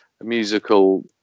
musical